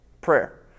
prayer